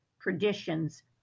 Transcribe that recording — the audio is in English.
traditions